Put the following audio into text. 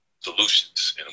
solutions